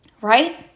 right